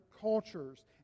cultures